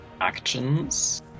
actions